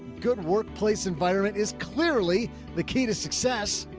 good workplace environment is clearly the key to success.